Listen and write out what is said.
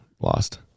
lost